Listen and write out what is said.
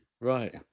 right